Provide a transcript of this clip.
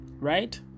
right